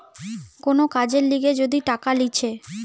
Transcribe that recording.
কোন কাজের লিগে যদি টাকা লিছে